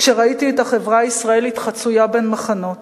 כשראיתי את החברה הישראלית חצויה בין מחנות.